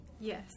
Yes